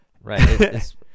right